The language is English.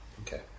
Okay